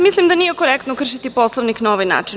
Mislim, da nije korektno kršiti Poslovnik na ovaj način.